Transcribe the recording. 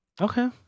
okay